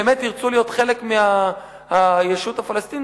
באמת ירצו להיות חלק מהישות הפלסטינית?